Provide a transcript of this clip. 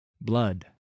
Blood